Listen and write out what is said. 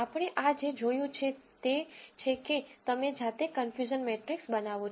આપણે આ જે જોયું છે તે છે કે તમે જાતે કન્ફયુઝન મેટ્રીક્સ બનાવો છો